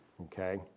Okay